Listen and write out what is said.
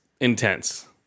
intense